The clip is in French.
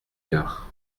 quart